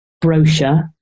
brochure